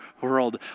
world